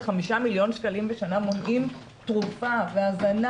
5 מיליון שקלים בשנה מונעים תרופה והזנה